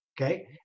okay